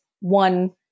one